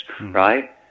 right